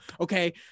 okay